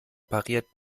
pariert